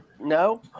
No